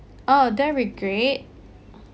oh that'll be great